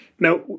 Now